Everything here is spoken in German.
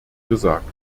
gesagt